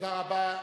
תודה רבה.